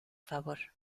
favor